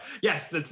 yes